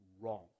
wrong